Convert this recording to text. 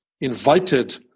invited